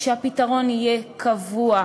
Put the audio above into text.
יולי יואל